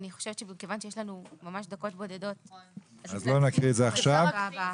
אני חושבת שמכיוון שיש לנו ממש דקות בודדות אז נקריא את זה בישיבה הבאה.